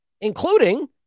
including